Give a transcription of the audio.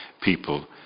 people